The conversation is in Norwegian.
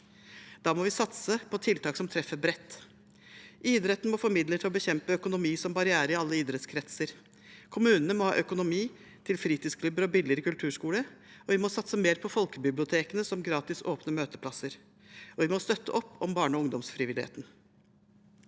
Da må vi satse på tiltak som treffer bredt. Idretten må få midler til å bekjempe økonomi som barriere i alle idrettskretser, kommunene må ha økonomi til fritidsklubber og billigere kulturskole, vi må satse mer på folkebibliotekene som gratis åpne møteplasser, og vi må støtte opp om barne- og ungdomsfrivilligheten.